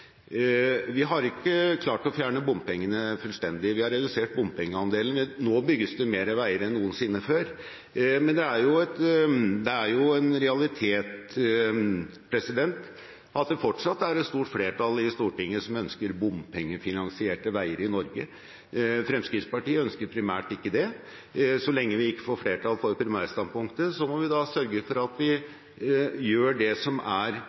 Vi har ikke klart å fjerne bompengene fullstendig, vi har redusert bompengeandelen. Nå bygges det mer vei enn noensinne før. Men det er en realitet at det fortsatt er et stort flertall i Stortinget som ønsker bompengefinansierte veier i Norge. Fremskrittspartiet ønsker primært ikke det. Så lenge vi ikke får flertall for primærstandpunktet, må vi sørge for at vi gjør det som er